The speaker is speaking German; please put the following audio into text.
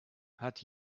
hat